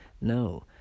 No